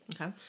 Okay